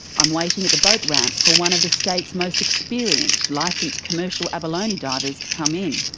i'm waiting at the boat ramp for one of the state's most experienced licensed commercial abalone divers to come in.